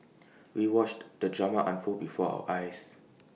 we watched the drama unfold before our eyes